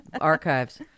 archives